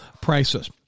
prices